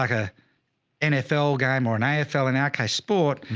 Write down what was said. like a nfl game or an ifl and acai sport.